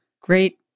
great